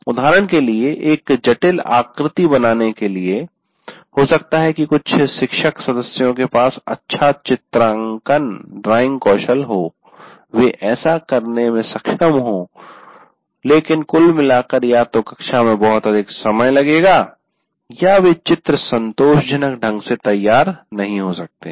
उदाहरण के लिए एक जटिल आकृति बनाने के लिए हो सकता है कि कुछ शिक्षक सदस्यों के पास अच्छा चित्रांकन ड्राइंग कौशल हो वे ऐसा करने में सक्षम हों लेकिन कुल मिलाकर या तो कक्षा में बहुत अधिक समय लगेगा या वे चित्र संतोषजनक ढंग से तैयार नहीं हो सकते हैं